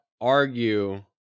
argue